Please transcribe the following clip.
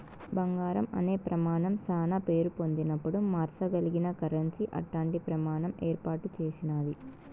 బంగారం అనే ప్రమానం శానా పేరు పొందినపుడు మార్సగలిగిన కరెన్సీ అట్టాంటి ప్రమాణం ఏర్పాటు చేసినాది